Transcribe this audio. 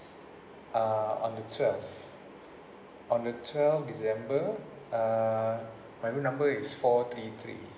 uh on the twelve on the twelve december uh my room number is four three three